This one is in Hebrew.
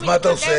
מה אתה עושה?